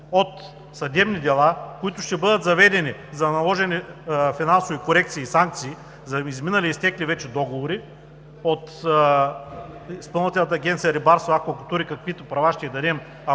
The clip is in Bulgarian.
от съдебни дела, които ще бъдат заведени за наложени финансови корекции и санкции за изминали и изтекли вече договори от Изпълнителната агенция по рибарство и аквакултури, каквито права ще й дадем, ако